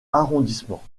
arrondissements